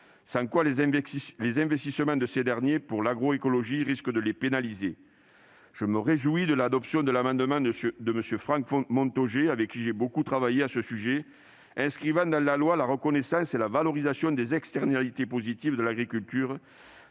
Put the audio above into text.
À défaut, les investissements de ces derniers pour l'agroécologie risquent de les pénaliser. Je me réjouis de l'adoption de l'amendement de Franck Montaugé, avec qui j'ai beaucoup travaillé sur ce sujet, inscrivant dans la loi la reconnaissance et la valorisation des externalités positives de l'agriculture,